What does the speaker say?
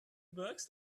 bucks